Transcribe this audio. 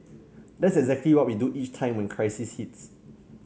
that's exactly what we do each time when crisis hits